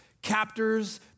Captors